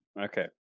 Okay